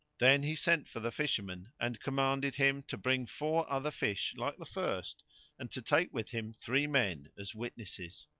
then he sent for the fisherman and commended him to bring four other fish like the first and to take with him three men as witnesses.